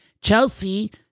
Chelsea